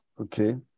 Okay